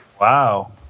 wow